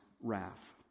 wrath